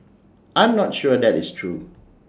I'm not sure that is true